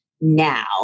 now